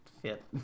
fit